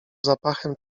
zapachem